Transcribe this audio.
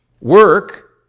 Work